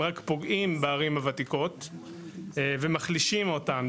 רק פוגעים בערים הוותיקות ומחלישים אותם.